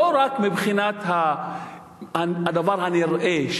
לא רק מבחינת הדבר הנראה,